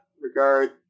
regard